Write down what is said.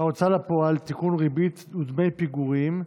ההוצאה לפועל (תיקון, ריבית ודמי פיגורים),